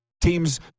teams